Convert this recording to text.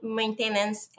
maintenance